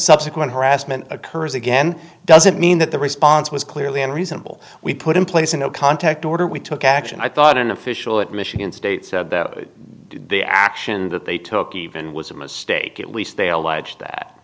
subsequent harassment occurs again doesn't mean that the response was clearly unreasonable we put in place a no contact order we took action i thought an official at michigan state the action that they took even was a mistake it least they allege that